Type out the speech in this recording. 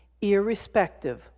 irrespective